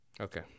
Okay